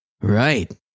Right